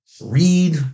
read